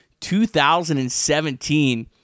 2017